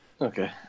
Okay